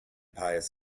pius